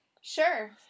Sure